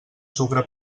sucre